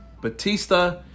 Batista